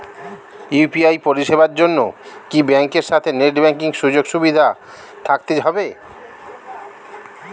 UPI পরিষেবার জন্য কি ব্যাংকের সাথে নেট ব্যাঙ্কিং সুযোগ সুবিধা থাকতে হবে?